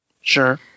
Sure